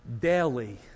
daily